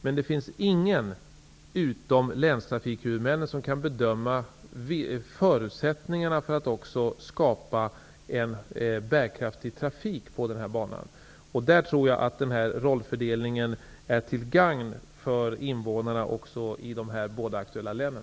Men det finns ingen utom länstrafikhuvudmännen som kan bedöma förutsättningarna för att också skapa en bärkraftig trafik på den här banan. Jag tror att den här rollfördelningen är till gagn för invånarna även i de här båda aktuella länen.